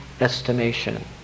estimation